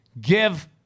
give